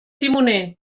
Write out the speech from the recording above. timoner